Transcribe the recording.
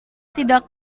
tidak